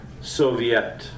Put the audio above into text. Soviet